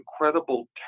incredible